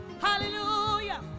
hallelujah